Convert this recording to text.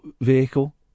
vehicle